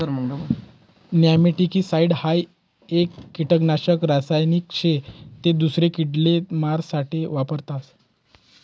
nematicide हाई एक किडानाशक रासायनिक शे ते दूसरा किडाले मारा साठे वापरतस